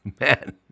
Man